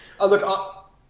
look